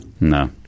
No